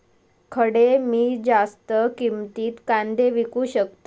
खडे मी जास्त किमतीत कांदे विकू शकतय?